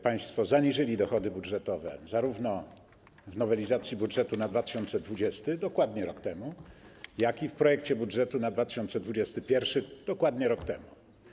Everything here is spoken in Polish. Państwo zaniżyli dochody budżetowe zarówno w nowelizacji budżetu na 2020 r. - dokładnie rok temu - jak i w projekcie budżetu na 2021 r. - również dokładnie rok temu.